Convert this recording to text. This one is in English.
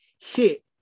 hit